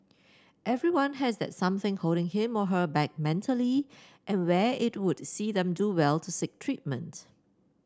everyone has that something holding him or her back mentally and where it would see them do well to seek treatment